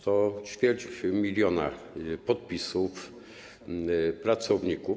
To ćwierć miliona podpisów pracowników.